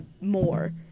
more